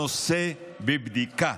הנושא בבדיקה,